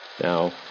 Now